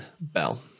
Bell